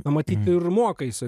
matyt ir mokaisi